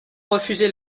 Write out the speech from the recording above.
refuser